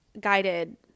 guided